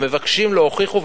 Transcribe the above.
המבקשים לא הוכיחו,